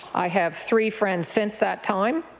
i have three friends since that time